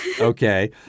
Okay